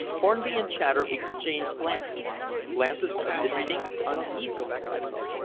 hornby and chater exchanged glances glances of distinct uneasiness, i thought.